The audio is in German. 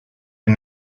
den